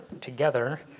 together